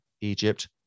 egypt